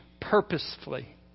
purposefully